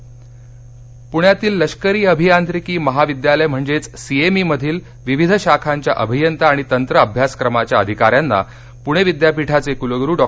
पदवी प्रदान पुण्यातील लष्करी अभियांत्रिकी महाविद्यालय म्हणजेच सी एम ई मधील विविध शाखांच्या अभियंता आणि तंत्र अभ्यासक्रमाच्या अधिकाऱ्यांना पुणे विद्यापीठाचे कुलगुरू डॉ